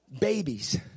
Babies